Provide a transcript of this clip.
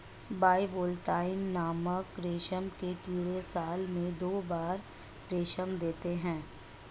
bivoltine नामक रेशम के कीड़े साल में दो बार रेशम देते है